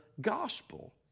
gospel